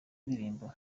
ndirimbo